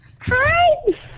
Hi